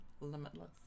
limitless